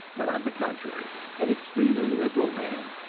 but on the contrary an extremely liberal man,